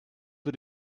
für